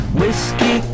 whiskey